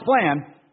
plan